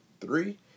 three